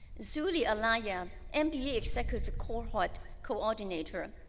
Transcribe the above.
zuly ayala, yeah and mba executive cohort coordinator,